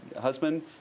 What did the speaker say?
husband